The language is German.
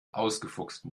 ausgefuchsten